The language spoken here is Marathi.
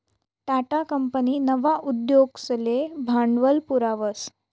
टाटा कंपनी नवा उद्योगसले भांडवल पुरावस